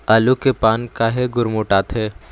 आलू के पान काहे गुरमुटाथे?